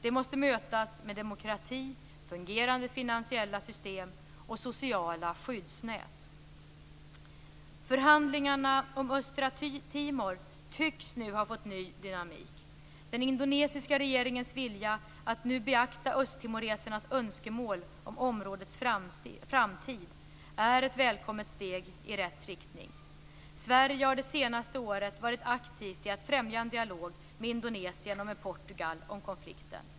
De måste mötas med demokrati, fungerande finansiella system och sociala skyddsnät. Förhandlingarna om Östra Timor tycks nu ha fått ny dynamik. Den indonesiska regeringens vilja att nu beakta östtimoresernas önskemål om områdets framtid är ett välkommet steg i rätt riktning. Sverige har det senaste året varit aktivt i att främja en dialog med Indonesien och med Portugal om konflikten.